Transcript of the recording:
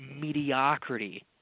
mediocrity